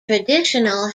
traditional